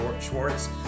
Schwartz